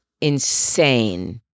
insane